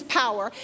power